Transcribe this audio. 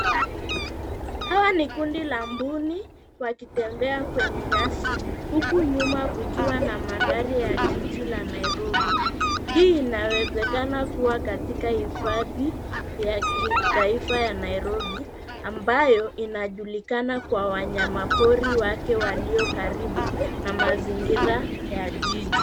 Haya ni kundi la mbuni wakitembea kwenye nyasi huku nyuma kukiwa na mandhari ya jiji la Nairobi. Hii inawezekana kuwa katika hifadhi ya taifa ya Nairobi ambayo inajulikana kwa wanyama pori wake walio karibu na mazingira ya jiji.